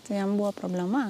tai jam buvo problema